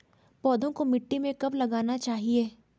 पौधों को मिट्टी में कब लगाना चाहिए?